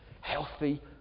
Healthy